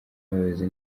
abayobozi